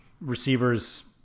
receivers